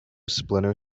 splinter